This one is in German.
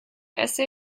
essay